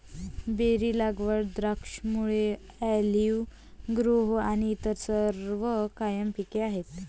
berry लागवड, द्राक्षमळे, olive grove आणि इतर सर्व कायम पिके आहेत